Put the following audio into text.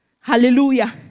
Hallelujah